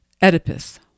Oedipus